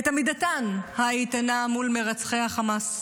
את עמידתן האיתנה מול מרצחי החמאס.